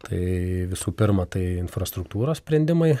tai visų pirma tai infrastruktūros sprendimai